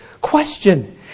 question